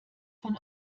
von